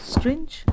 Strange